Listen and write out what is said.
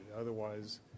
Otherwise